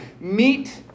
meet